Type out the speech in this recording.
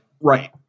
right